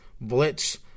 Blitz